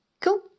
Cool